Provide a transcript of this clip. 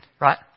right